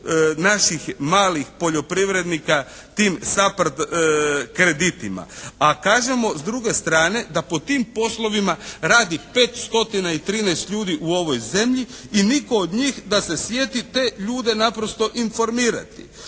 naših malih poljoprivrednika tim SAPARD kreditima, a kažemo s druge strane da po tim poslovima radi 513 ljudi u ovoj zemlji i nitko od njih da se sjeti te ljude naprosto informirati.